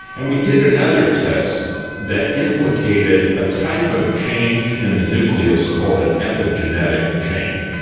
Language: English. and we did another test that implicated a type of change in the nucleus called an epigenetic change.